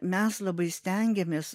mes labai stengiamės